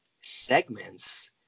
segments